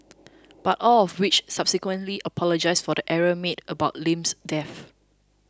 but all of which subsequently apologised for the error made about Lim's death